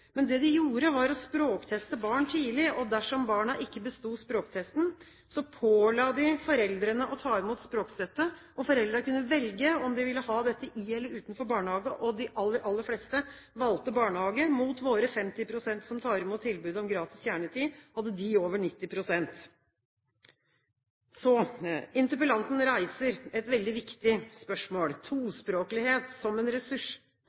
Det de gjorde, var å språkteste barn tidlig. Dersom barna ikke besto språktesten, påla de foreldrene å ta imot språkstøtte. Foreldrene kunne velge om de ville ha dette i eller utenfor barnehage, og de aller, aller fleste valgte barnehage. Mot våre 50 pst. som tar imot tilbudet om gratis kjernetid, hadde de over 90 pst. Interpellanten reiser et veldig viktig spørsmål – tospråklighet som en ressurs.